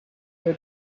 your